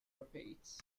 repeats